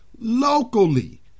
locally